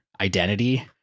identity